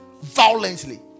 violently